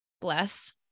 Bless